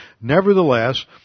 Nevertheless